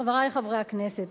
חברי חברי הכנסת,